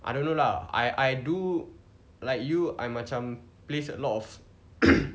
I don't know lah I I do like you I macam plays a lot of